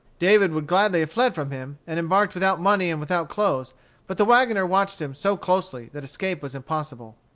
david would gladly have fled from him, and embarked without money and without clothes but the wagoner watched him so closely that escape was impossible.